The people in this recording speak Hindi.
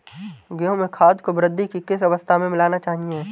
गेहूँ में खाद को वृद्धि की किस अवस्था में मिलाना चाहिए?